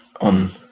on